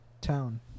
town